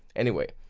anyway.